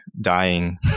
dying